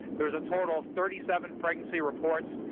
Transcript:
there was a total of thirty seven pregnancy reports,